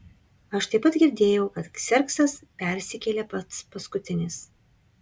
aš taip pat girdėjau kad kserksas persikėlė pats paskutinis